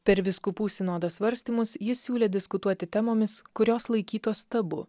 per vyskupų sinodo svarstymus jis siūlė diskutuoti temomis kurios laikytos tabu